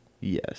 Yes